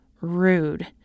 rude